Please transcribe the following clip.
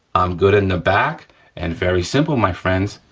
i'm good in the back and very simple my friends,